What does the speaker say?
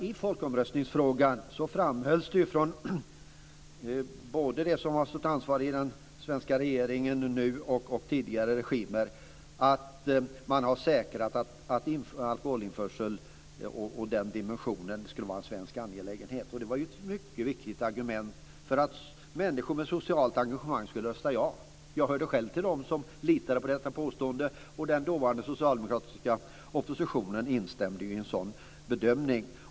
I folkomröstningsfrågan framhölls det både från dem som är ansvariga i den svenska regeringen nu och i tidigare regimer att man hade säkrat att alkoholinförseln och den dimensionen skulle vara en svensk angelägenhet. Det var ett mycket viktigt argument för att människor med ett socialt engagemang skulle rösta ja. Jag hörde själv till dem som litade på detta påstående. Den dåvarande socialdemokratiska oppositionen instämde ju också i en sådan bedömning.